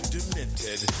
Demented